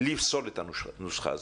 לפסול את הנוסחה הזאת.